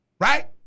right